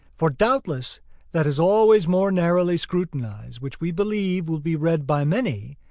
for doubtless that is always more narrowly scrutinized which we believe will be read by many,